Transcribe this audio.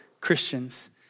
Christians